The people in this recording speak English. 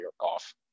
off